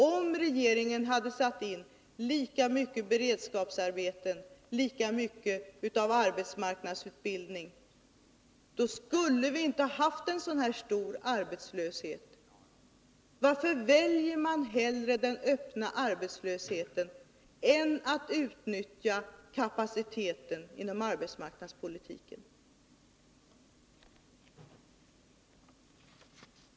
Om regeringen hade ordnat lika många beredskapsarbeten och arbetsmarknadsutbildning i samma utsträckning som man gjorde 1978, skulle vi inte ha haft så stor arbetslöshet som vi hari dag. Varför väljer man hellre den öppna arbetslösheten än utnyttjandet av kapaciteten inom arbetsmarknadspolitiken?